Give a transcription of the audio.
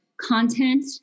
content